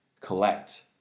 collect